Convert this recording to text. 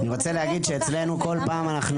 אני רוצה להגיד שאצלנו כל פעם,